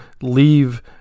leave